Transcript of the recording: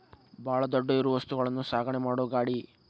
ಬಾಳ ದೊಡ್ಡ ಇರು ವಸ್ತುಗಳನ್ನು ಸಾಗಣೆ ಮಾಡು ಗಾಡಿ